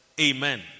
Amen